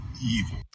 evil